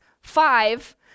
five